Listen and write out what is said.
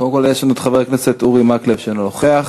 אינו נוכח.